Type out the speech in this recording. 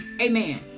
Amen